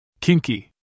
Kinky